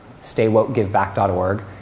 Staywokegiveback.org